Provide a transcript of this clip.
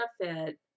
benefit